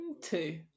two